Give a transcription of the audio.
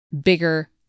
bigger